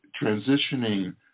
transitioning